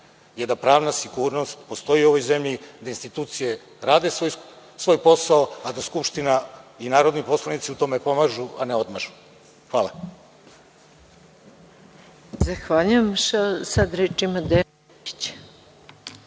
je da pravna sigurnost postoji u ovoj zemlji, da institucije rade svoj posao a da Skupština i narodni poslanici u tome pomažu, a ne odmažu. Hvala. **Maja Gojković**